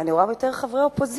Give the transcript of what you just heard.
אני רואה יותר חברי אופוזיציה,